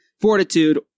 fortitude